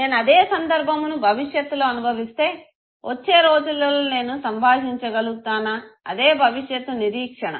నేను అదే సందర్భమును భవిష్యత్తులో అనుభవిస్తే వచ్చే రోజులలో నేను సంభాషించగలుగుతానా అదే భవిష్యత్తు నిరీక్షణ